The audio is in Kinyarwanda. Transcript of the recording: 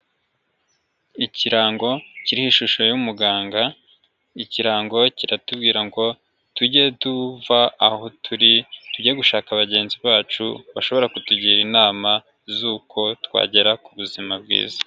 Ikirango kiriho ishusho y'umuganga ikirango kiratubwira ngo tujye tuva aho turi tujye gushaka bagenzi bacu bashobora kutugira inama z'uko twagera ku buzima bwiza.